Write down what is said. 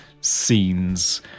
scenes